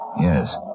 Yes